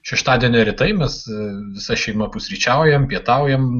šeštadienio rytai mes visa šeima pusryčiaujam pietaujam